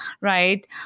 right